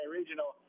regional